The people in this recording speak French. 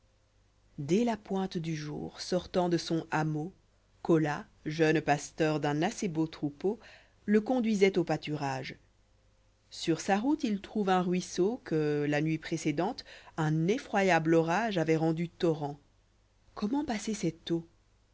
dès la pointe du jour sortant de son hameau colas jeune pasteur d'un assez beau troupeau le conduisoit au pâturage sur sa route il trouvé un ruisseau qùé la nuit précédente un effroyable orage avoit rendu torrent comment passer cette eau